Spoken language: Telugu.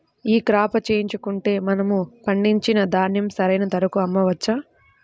ఈ క్రాప చేయించుకుంటే మనము పండించిన ధాన్యం సరైన ధరకు అమ్మవచ్చా?